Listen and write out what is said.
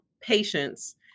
patients